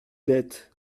bête